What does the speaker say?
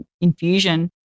infusion